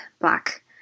black